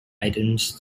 items